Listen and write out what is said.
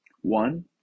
One